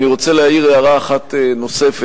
אני רוצה להעיר הערה אחת נוספת.